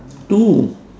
two